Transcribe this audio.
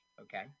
okay